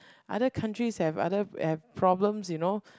other countries have other have problems you know